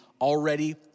already